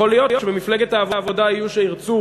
יכול להיות שבמפלגת העבודה יהיו שירצו